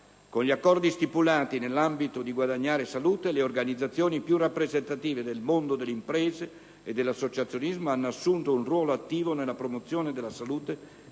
Con gli accordi stipulati nell'ambito di «Guadagnare salute» le organizzazioni più rappresentative del mondo delle imprese e dell'associazionismo hanno assunto un ruolo attivo nella promozione della salute, che le impegna,